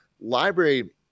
library